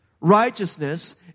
Righteousness